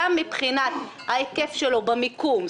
גם מבחינת ההיקף שלו במיקום,